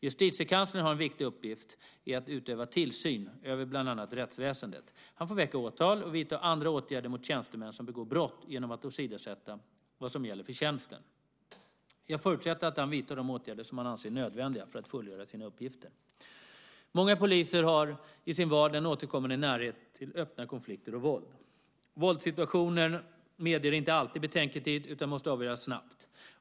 Justitiekanslern har en viktig uppgift i att utöva tillsyn över bland annat rättsväsendet. Han får väcka åtal och vidta andra åtgärder mot tjänstemän som begår brott genom att åsidosätta vad som gäller för tjänsten. Jag förutsätter att han vidtar de åtgärder som han anser är nödvändiga för att fullgöra sina uppgifter. Många poliser har i sin vardag en återkommande närhet till öppna konflikter och våld. Våldssituationer medger inte alltid betänketid, utan måste avgöras snabbt.